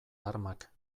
armak